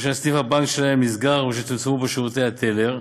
אשר סניף הבנק שלהם נסגר או שצומצמו בו שירותי הטלר,